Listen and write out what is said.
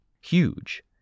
Huge